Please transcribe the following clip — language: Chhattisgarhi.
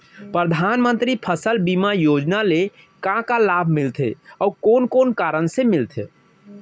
परधानमंतरी फसल बीमा योजना ले का का लाभ मिलथे अऊ कोन कोन कारण से मिलथे?